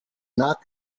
not